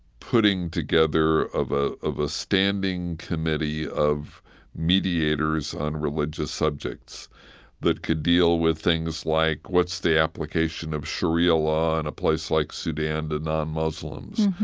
putting together of ah of a standing committee of mediators on religious subjects that could deal with things like what's the application of sharia law in a place like sudan to non-muslims?